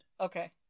Okay